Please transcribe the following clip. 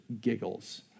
giggles